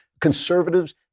conservatives